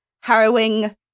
harrowing